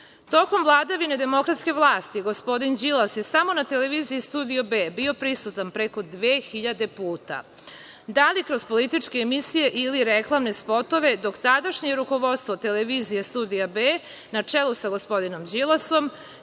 vladavine demokratske vlasti, gospodin Đilas je samo na televiziji „Studio B“ bio prisutan preko dve hiljade puta, da li, kroz političke emisije ili reklamne spotove, dok tadašnje rukovodstvo televizije „Studio B“, na čelu sa gospodinom Đilasom,